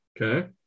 Okay